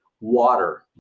water